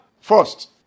First